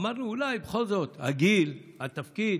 אמרנו: אולי, בכל זאת, הגיל, התפקיד,